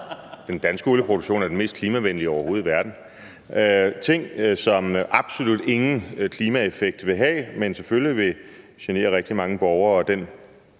den danske olieproduktion er den mest klimavenlige overhovedet i verden – ting, som absolut ingen klimaeffekt vil have, men selvfølgelig vil genere rigtig mange borgere og den